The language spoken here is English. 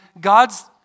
God's